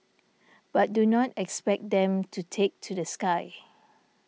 but do not expect them to take to the sky